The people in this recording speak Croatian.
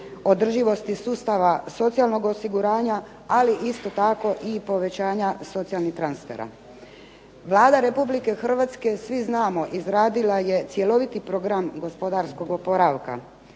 održivosti sustava socijalnog osiguranja, ali isto tako i povećanja socijalnih transfera. Vlada Republike Hrvatske, svi znamo, izradila je cjeloviti program gospodarskog oporavka.